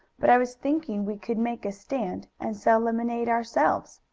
but i was thinking we could make a stand, and sell lemonade ourselves.